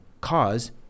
cause